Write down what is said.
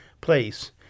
place